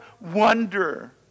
wonder